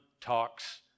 talks